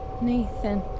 Nathan